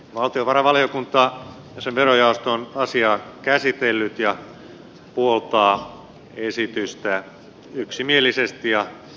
valtiovarainvaliokunta ja sen verojaosto on asiaa käsitellyt ja puoltaa esitystä yksimielisesti ja muuttamattomana